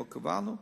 לא קבענו.